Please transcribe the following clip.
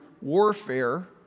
warfare